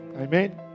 Amen